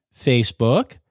Facebook